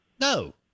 No